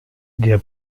der